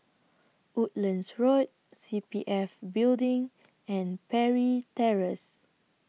Woodlands Road C P F Building and Parry Terrace